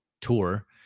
tour